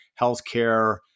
healthcare